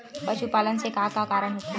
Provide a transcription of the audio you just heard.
पशुपालन से का का कारण होथे?